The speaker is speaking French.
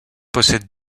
possède